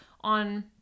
on